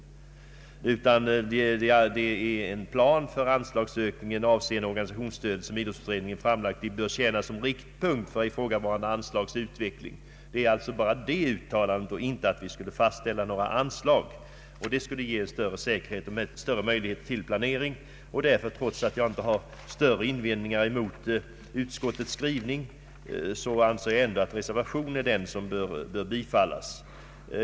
Man vill i stället att riksdagen skall uttala sig för att den plan för anslagsökning avseende organisationsstödet som idrottsutredningen framlagt bör tjäna som riktpunkt för ifrågavarande anslags utveckling. Detta, och alltså inte att vi skulle fastställa något anslag, skulle ge större säkerhet och bättre möjligheter till planering. Trots att jag inte har några direkta invändningar mot utskottets skrivning anser jag ändå att reservationen i detta avseende bör bifallas.